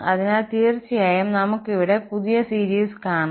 അതിനാൽ തീർച്ചയായും നമുക്ക് ഇവിടെ പുതിയ സീരീസ് കാണാം